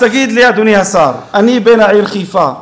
אז תגיד לי, אדוני השר, אני בן העיר חיפה,